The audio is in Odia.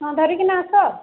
ହଁ ଧରିକିନା ଆସ